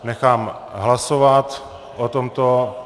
Nechám hlasovat o tomto.